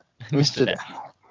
Mr